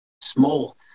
small